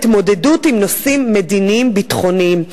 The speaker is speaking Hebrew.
ההתמודדות עם נושאים מדיניים-ביטחוניים.